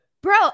Bro